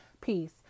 peace